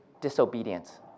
disobedience